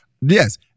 Yes